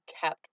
kept